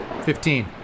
Fifteen